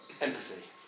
Empathy